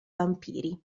vampiri